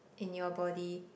in your body